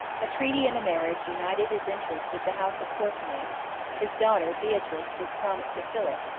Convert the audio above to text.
a treaty and a marriage united his interest with the house of courtenay his daughter beatrice was promised to philip,